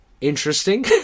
interesting